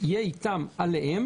יהיה עליהם